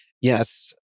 Yes